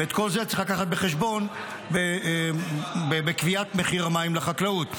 ואת כל זה צריך לקחת בחשבון בקביעת מחיר המים לחקלאות.